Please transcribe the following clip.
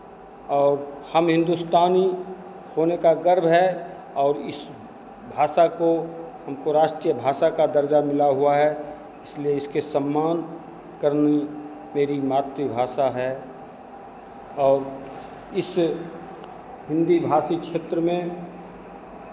और हम हिन्दुस्तानी होने का गर्व है और इस भाषा को हमको राष्ट्रीयभाषा का दर्ज़ा मिला हुआ है इसलिए इसके सम्मान करनी मेरी मातृभाषा है और इस हिन्दी भाषी क्षेत्र में